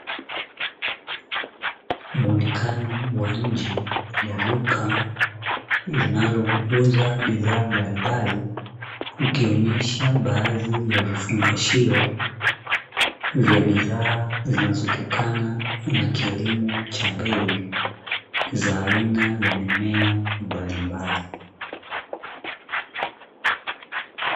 Muonekano wa nje ya duka linalouza bidhaa mbalimbali ukionyesha baadhi ya vifungashio vya bidhaa zinazotokana na kilimo cha mbegu za aina ya mimea mbalimbali.